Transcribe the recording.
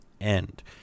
end